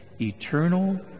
eternal